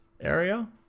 area